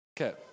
Okay